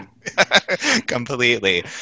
Completely